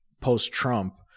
post-Trump